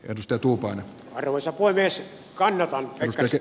risto tuuhonen ruoissa huoneissa kannata käsi